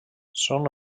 són